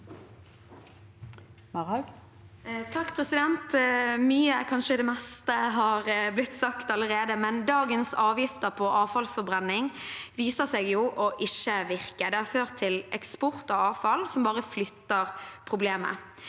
(R) Mye, kanskje det meste, har blitt sagt allerede, men dagens avgifter på avfallsforbrenning viser seg ikke å virke. Det har ført til eksport av avfall, noe som bare flytter problemet.